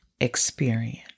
experience